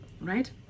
right